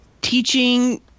Teaching